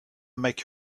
make